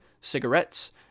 cigarettes